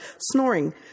snoring